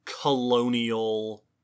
colonial